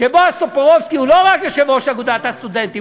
כשבועז טופורובסקי הוא לא רק יושב-ראש אגודת הסטודנטים,